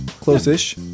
Close-ish